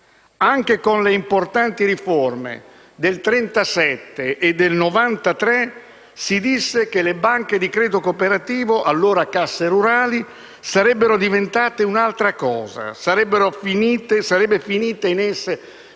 Anche con le importanti riforme del 1937 e del 1993 si disse che le banche di credito cooperativo, allora casse rurali, sarebbero diventate un'altra cosa. Sarebbe finita in esse